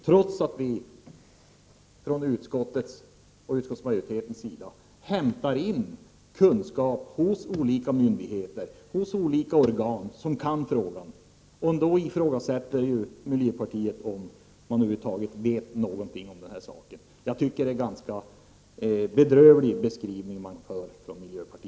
Trots att vi från utskottet och utskottsmajoritetens sida har hämtat in kunskap från olika myndigheter och organ som kan dessa frågor, ifrågasätter miljöpartiet om vi över huvud taget vet något om den här saken. Miljöpartiet gör en ganska bedrövlig beskrivning i den här frågan.